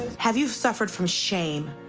have you suffered from shame,